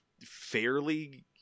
fairly